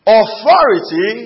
authority